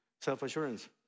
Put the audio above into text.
self-assurance